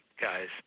guys